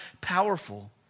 powerful